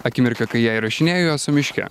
akimirka kai ją įrašinėju esu miške